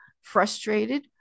frustrated